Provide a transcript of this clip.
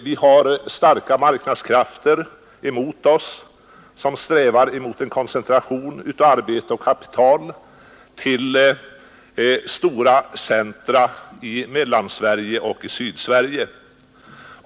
Vi har starka marknadskrafter emot oss, som strävar i riktning mot en koncentration av arbete och kapital till stora centra i Mellansverige och i Sydsverige.